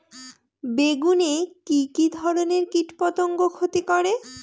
বেগুনে কি কী ধরনের কীটপতঙ্গ ক্ষতি করে?